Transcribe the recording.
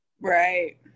Right